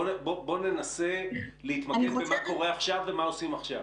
בואי ננסה להתמקד במה קורה עכשיו ומה עושים עכשיו.